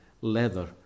leather